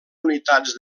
unitats